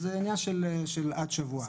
אז זה עניין של עד שבוע.